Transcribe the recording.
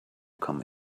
come